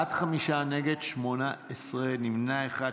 בעד, חמישה, נגד, 18, נמנע אחד.